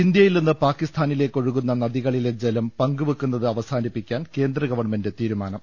ഇന്തൃയിൽ നിന്ന് പാകിസ്ഥാനിലേക്ക് ഒഴുകുന്ന നദികളിലെ ജലം പങ്കുവെക്കുന്നത് അവസാനിപ്പിക്കാൻ കേന്ദ്ര ഗവൺമെന്റ് തീരു മാനം